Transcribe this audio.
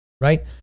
right